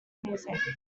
music